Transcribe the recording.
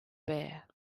bare